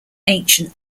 ancient